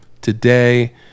Today